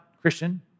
Christian